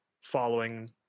following